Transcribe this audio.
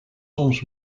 soms